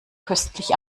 köstlich